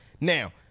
Now